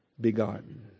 begotten